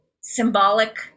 symbolic